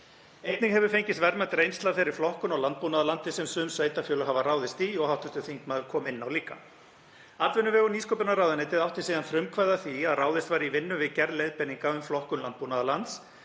Einnig hefur fengist verðmæt reynsla af þeirri flokkun á landbúnaðarlandi sem sum sveitarfélög hafa ráðist í, og hv. þingmaður kom líka inn á það. Atvinnuvega- og nýsköpunarráðuneytið átti síðan frumkvæði að því að ráðist var í vinnu við gerð leiðbeininga um flokkun landbúnaðarlands,